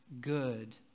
good